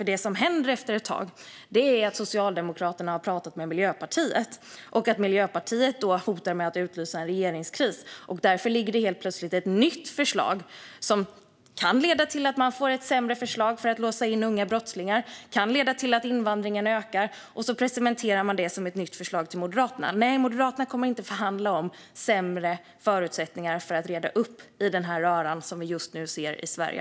Det som händer efter ett tag är att Socialdemokraterna har pratat med Miljöpartiet och att Miljöpartiet då hotar med att utlysa en regeringskris. Därför kommer det helt plötsligt ett nytt förslag som kan leda till sämre möjligheter att låsa in unga brottslingar eller till att invandringen ökar, och så presenterar man det som ett nytt förslag till Moderaterna. Nej, Moderaterna kommer inte att förhandla om sämre förutsättningar att reda upp i den här röran som vi just nu ser i Sverige.